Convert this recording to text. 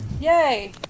Yay